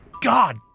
God